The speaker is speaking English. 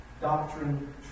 doctrine